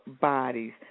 bodies